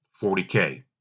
40K